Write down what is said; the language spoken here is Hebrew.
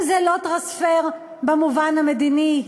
אם זה לא טרנספר במובן המדיני,